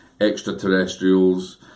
extraterrestrials